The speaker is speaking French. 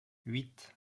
huit